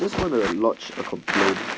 this one the lodge a complaint